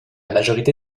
majorité